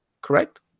Correct